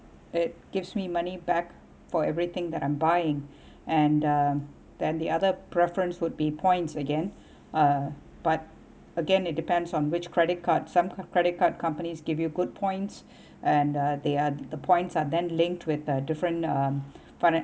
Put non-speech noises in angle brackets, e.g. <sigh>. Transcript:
it gives me money back for everything that I'm buying and the then the other preference would be points again uh but again it depends on which credit card some credit card companies give you good points <breath> and uh they are the points are then linked with a different uh